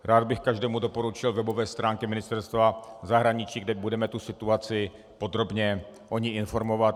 Rád bych každému doporučil webové stránky Ministerstva zahraničí, kde budeme o té situaci podrobně informovat.